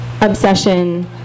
obsession